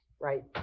right